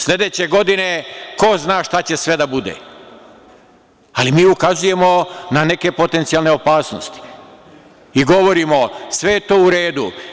Sledeće godine ko zna šta će sve da bude, ali mi ukazujemo na neke potencijalne opasnosti i govorimo – sve je to u redu.